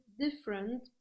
different